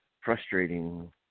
frustrating